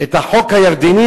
את החוק הירדני,